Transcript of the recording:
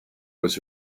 was